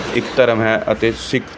ਇੱਕ ਧਰਮ ਹੈ ਅਤੇ ਸਿੱਖ